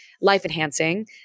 life-enhancing